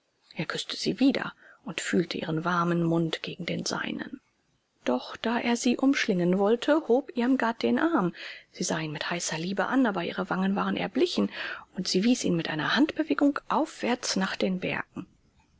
er küßte sie wieder und fühlte ihren warmen mund gegen den seinen doch da er sie umschlingen wollte hob irmgard den arm sie sah ihn mit heißer liebe an aber ihre wange war erblichen und sie wies ihn mit einer handbewegung aufwärts nach den bergen